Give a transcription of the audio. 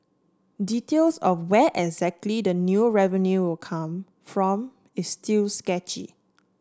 details of where exactly the new revenue will come from is still sketchy